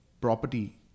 property